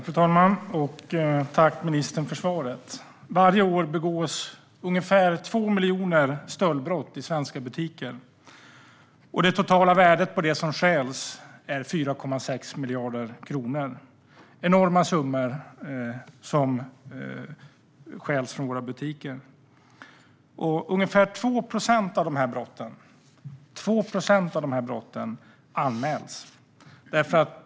Fru ålderspresident! Tack, ministern, för svaret! Varje år begås ungefär 2 miljoner stöldbrott i svenska butiker. Det totala värdet på det som stjäls är 4,6 miljarder kronor. Det är enorma summor som stjäls från våra butiker. Ungefär 2 procent av dessa brott anmäls.